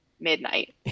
midnight